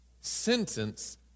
sentence